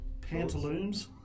pantaloons